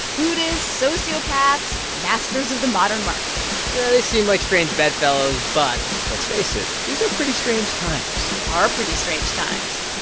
buddhists, sociopaths masters of the modern markets yeah. they seem like strange bedfellows, but let's face it. these are pretty strange times they are pretty strange times